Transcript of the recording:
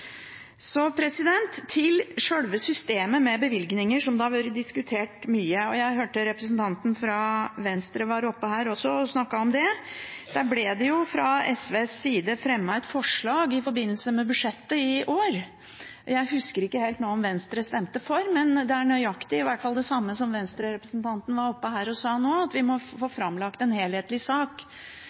Så til sjølve systemet med bevilgninger, som har vært diskutert mye. Jeg hørte representanten fra Venstre også var oppe her og snakket om det. Det ble fra SVs side fremmet et forslag i forbindelse med budsjettet for i år. Jeg husker ikke helt nå om Venstre stemte for, men det er i hvert fall nøyaktig det samme som Venstre-representanten var oppe her og sa nå, at vi må få framlagt en helhetlig sak